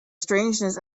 strangeness